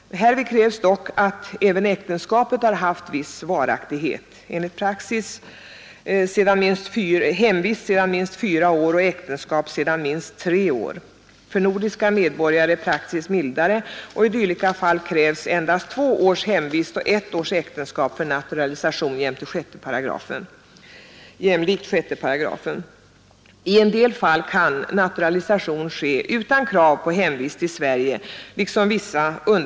Härvid krävs dock att även äktenskapet har haft viss varaktighet. Enligt praxis krävs i dylika fall hemvist sedan minst fyra år och äktenskap sedan minst tre år. För nordiska medborgare är praxis mildare och i dylika fall krävs endast två års hemvist och ett års äktenskap för naturalisation jämlikt 68. I en del fall kan naturalisation ske utan krav på hemvist i Sverige.